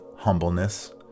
humbleness